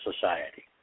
society